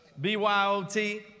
B-Y-O-T